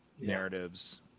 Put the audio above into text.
narratives